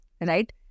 right